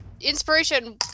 inspiration